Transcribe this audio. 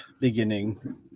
beginning